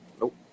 Nope